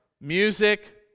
music